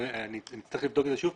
אני צריך לבדוק את זה שוב.